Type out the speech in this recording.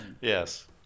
Yes